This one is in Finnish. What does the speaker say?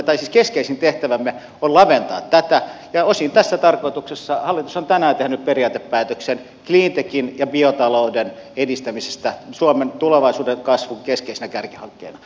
keskeisin tehtävämme on laventaa tätä ja osin tässä tarkoituksessa hallitus on tänään tehnyt periaatepäätöksen cleantechin ja biotalouden edistämisestä suomen tulevaisuuden kasvun keskeisinä kärkihankkeina